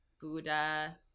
Buddha